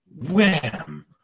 wham